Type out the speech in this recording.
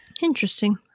Interesting